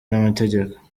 n’amategeko